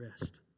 rest